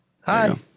hi